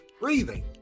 breathing